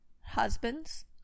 Husbands